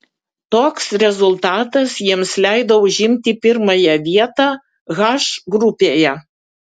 toks rezultatas jiems leido užimti pirmąją vietą h grupėje